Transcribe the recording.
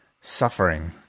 suffering